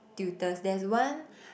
tutors there's one